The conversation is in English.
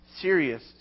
serious